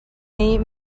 nih